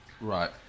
Right